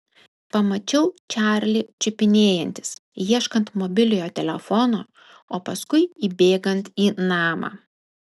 pamačiau čarlį čiupinėjantis ieškant mobiliojo telefono o paskui įbėgant į namą